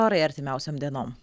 orai artimiausiom dienom